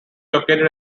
located